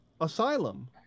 asylum